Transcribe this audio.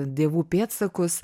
dievų pėdsakus